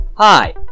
Hi